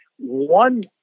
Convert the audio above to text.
one